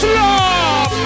love